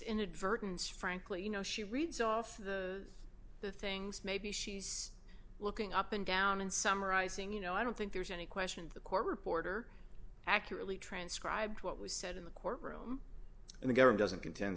inadvertence frankly you know she reads off the the things maybe she's looking up and down in summarizing you know i don't think there's any question the court reporter accurately transcribed what was said in the courtroom and the governor doesn't conten